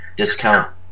Discount